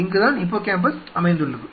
இங்குதான் ஹிப்போகாம்பஸ் அமைந்துள்ளது